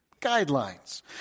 guidelines